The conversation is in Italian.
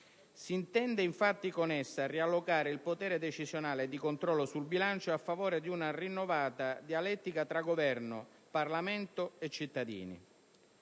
Si intende con essa riallocare il potere decisionale e di controllo sul bilancio a favore di una rinnovata dialettica tra Governo, Parlamento e cittadini.